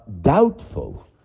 doubtful